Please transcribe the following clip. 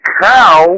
cow